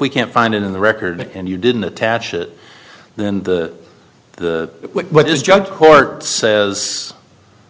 we can't find it in the record and you didn't attach it then the the what is judge court says